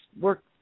work